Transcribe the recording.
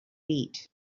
eat